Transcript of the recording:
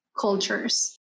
cultures